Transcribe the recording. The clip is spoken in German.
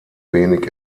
wenig